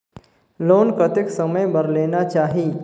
Loan कतेक समय बर लेना चाही?